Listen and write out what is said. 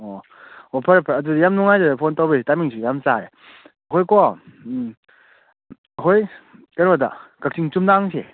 ꯑꯣ ꯑꯣ ꯐꯔꯦ ꯐꯔꯦ ꯑꯗꯨꯗꯤ ꯌꯥꯝ ꯅꯨꯡꯉꯥꯏꯖꯔꯦ ꯐꯣꯟ ꯇꯧꯕꯤꯔꯛꯏꯁꯦ ꯇꯥꯏꯃꯤꯡꯁꯨ ꯌꯥꯝ ꯆꯥꯔꯦ ꯑꯩꯈꯣꯏꯀꯣ ꯑꯩꯈꯣꯏ ꯀꯩꯅꯣꯗ ꯀꯛꯆꯤꯡ ꯆꯨꯝꯅꯥꯝꯁꯦ